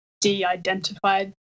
de-identified